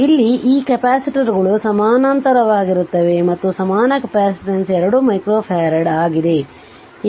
ಆದ್ದರಿಂದ ಇಲ್ಲಿ ಈ ಕೆಪಾಸಿಟರ್ಗಳು ಸಮಾನಾಂತರವಾಗಿರುತ್ತವೆ ಮತ್ತು ಸಮಾನ ಕೆಪಾಸಿಟನ್ಸ್ 2 ಮೈಕ್ರೋಫರಾಡ್ ಆಗಿದೆ